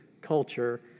culture